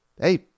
hey